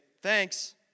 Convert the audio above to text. thanks